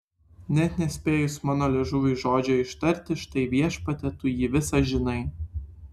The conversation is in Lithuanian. net nespėjus mano liežuviui žodžio ištarti štai viešpatie tu jį visą žinai